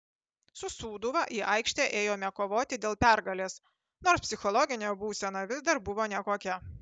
su sūduva į aikštę ėjome kovoti dėl pergalės nors psichologinė būsena vis dar buvo nekokia